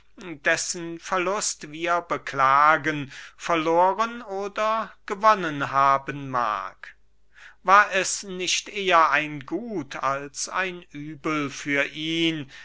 dessen verlust wir beklagen verloren oder gewonnen haben mag war es nicht eher ein gut als ein übel für ihn